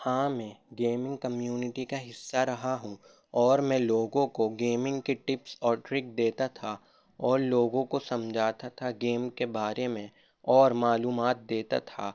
ہاں میں gaming community کا حصہ رہا ہوں اور میں لوگوں کو گیمنگ کی ٹپس اور ٹرک دیتا تھا اور لوگوں کو سمجھاتا تھا گیم کے بارے میں اور معلومات دیتا تھا